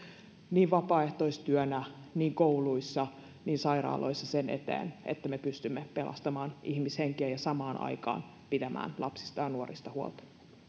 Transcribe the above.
niin vapaaehtoistyönä kouluissa kuin sairaaloissa sen eteen että me pystymme pelastamaan ihmishenkiä ja samaan aikaan pitämään lapsista ja nuorista huolta